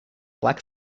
black